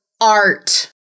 Art